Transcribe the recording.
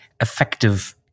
effective